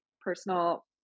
personal